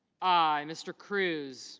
i. mr. cruz